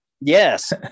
yes